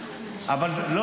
--- סימון דוידסון (יש עתיד): לא,